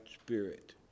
spirit